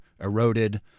eroded